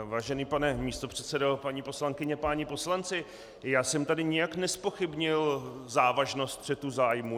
Vážený pane místopředsedo, paní poslankyně, páni poslanci, já jsem tady nijak nezpochybnil závažnost střetu zájmů.